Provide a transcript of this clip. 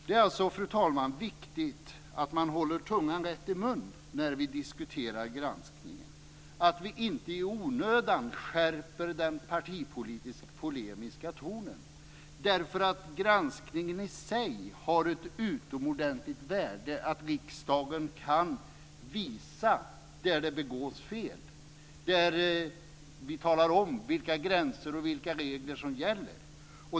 Det är alltså, fru talman, viktigt att vi håller tungan rätt i mun när vi diskuterar granskningen och inte i onödan skärper den polemiska tonen. Granskningen i sig har ett utomordentligt värde - riksdagen kan visa på när fel begås och tala om vilka gränser och regler som gäller.